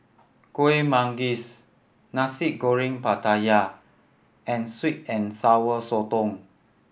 Kuih Manggis Nasi Goreng Pattaya and sweet and Sour Sotong